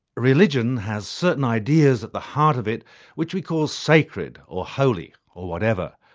religion has certain ideas at the heart of it which we call sacred or holy or whatever.